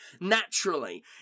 naturally